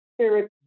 spirit